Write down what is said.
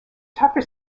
tucker